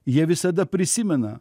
jie visada prisimena